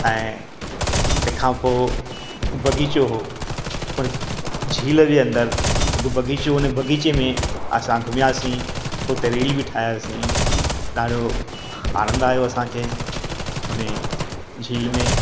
ऐं तंहिंखां पोइ हिकु बाग़ीचो हुओ हुन झील जे अंदरि हिकु बाग़ीचो हुन बाग़ीचे में असां घुमियासीं हुते रील बि ठाहियोसीं ॾाढो आनंद आहियो असांखे हुन झील में